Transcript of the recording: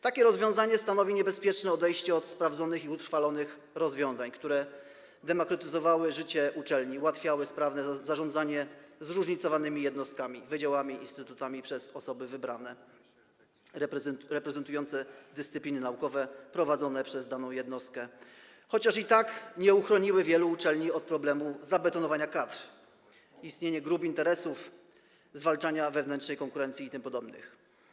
Takie rozwiązanie stanowi niebezpieczne odejście od sprawdzonych i utrwalonych rozwiązań, które demokratyzowały życie uczelni, ułatwiały sprawne zarządzanie zróżnicowanymi jednostkami, wydziałami, instytutami przez osoby wybrane, reprezentujące dyscypliny naukowe prowadzone przez daną jednostkę, chociaż i tak nie uchroniły wielu uczelni od problemu zabetonowania kadr, istnienia grup interesów, zwalczania wewnętrznej konkurencji itp.